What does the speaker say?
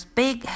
big